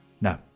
No